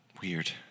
Weird